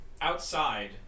Outside